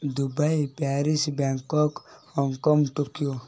Dubai Paris Bangkok Hong Kong Tokyo